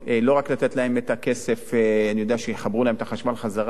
לא רק לתת להן את הכסף שיחברו את החשמל חזרה,